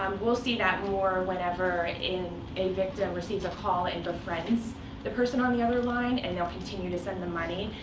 um we'll see that more whenever a victim receives a call and befriends the person on the other line, and they'll continue to send them money.